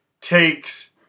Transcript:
takes